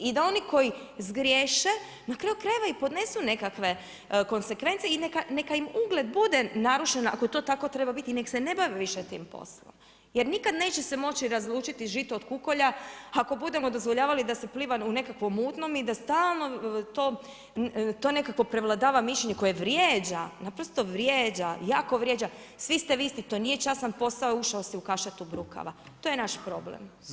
I da oni koji zgriješe, na kraju krajeva i podnesu nekakve konzekvence i neka im ugled bude narušen ako to tako treba biti i nek' se ne bave više tim poslom jer nikad neće se moći razlučiti žito od kukolja ako budemo dozvoljavali da se pliva u nekakvom mutnom i da stalno to nekako prevladava mišljenje koje vrijeđa, naprosto vrijeđa, jako vrijeđa, svi ste vi isti, to nije častan posao, ušao si u kašetu brokava, to je naš problem.